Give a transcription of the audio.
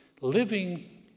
Living